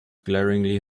glaringly